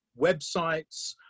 websites